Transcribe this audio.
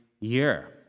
year